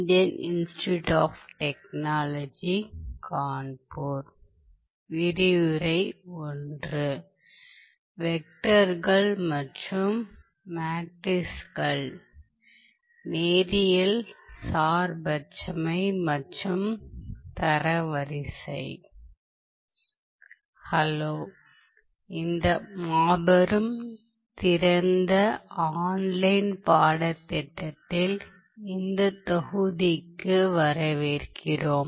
இந்த மாபெரும் திறந்த ஆன்லைன் பாடத்திட்டத்தில் இந்த தொகுதிக்கு வரவேற்கிறோம்